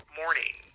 morning